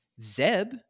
Zeb